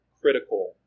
critical